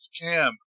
Cam